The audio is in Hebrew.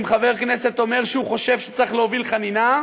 אם חבר כנסת אומר שהוא חושב שצריך להוביל חנינה,